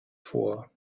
vor